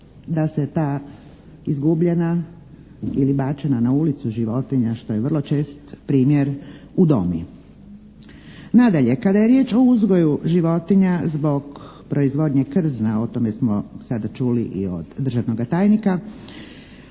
da se ta izgubljena ili bačena na ulicu životinja, što je vrlo čest primjer, udomi. Nadalje, kada je riječ o uzgoju životinja zbog proizvodnje krzna, o tome smo sada čuli i od državnoga tajnika,